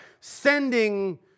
sending